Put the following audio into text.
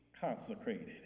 consecrated